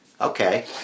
Okay